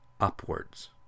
upwards